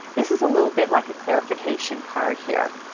this is a little bit like a clarification card here.